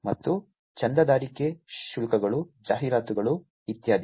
ಮತ್ತು ಚಂದಾದಾರಿಕೆ ಶುಲ್ಕಗಳು ಜಾಹೀರಾತುಗಳು ಇತ್ಯಾದಿ